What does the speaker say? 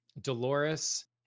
dolores